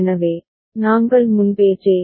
எனவே நாங்கள் முன்பே ஜே